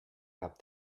cap